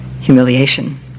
humiliation